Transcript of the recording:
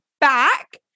back